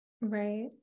right